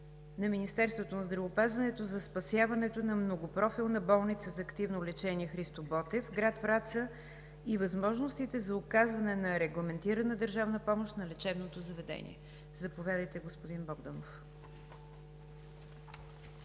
на Министерството на здравеопазването за спасяването на Многопрофилна болница за активно лечение „Христо Ботев“ – град Враца, и възможностите за оказване на регламентирана държавна помощ на лечебното заведение. Заповядайте, господин Богданов.